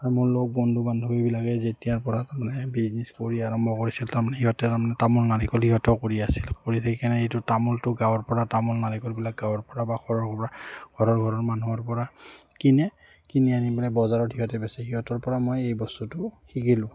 আৰু মোৰ লগ বন্ধু বান্ধৱীবিলাকে যেতিয়াৰপৰা তাৰমানে বিজনেছ কৰি আৰম্ভ কৰিছিল তাৰমানে সিহঁতে তাৰমানে তামোল নাৰিকল সিহঁতৰ কৰি আছিলোঁ কৰি কেনে এইটো তামোলটো গাঁৱৰপৰা তামোল নাৰিকলবিলাক গাঁৱৰপৰা বা ঘৰৰপৰা ঘৰৰ মানুহৰপৰা কিনে কিনি আনি পানাই বজাৰত সিহঁতৰ বেচে সিহঁতৰপৰা মই এই বস্তুটো শিকিলোঁ